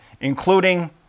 including